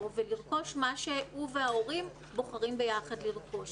ולרכוש מה שהוא וההורים בוחרים ביחד לרכוש.